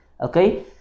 Okay